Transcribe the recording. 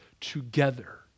together